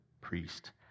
priest